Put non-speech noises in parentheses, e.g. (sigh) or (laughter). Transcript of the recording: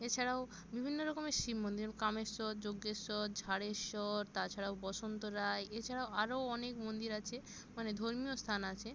এছাড়াও বিভিন্ন রকমের শিব মন্দির (unintelligible) কামেশ্বর যজ্ঞেশ্বর ঝাড়েশ্বর তাছাড়াও বসন্ত রায় এছাড়াও আরো অনেক মন্দির আছে মানে ধর্মীয় স্থান আছে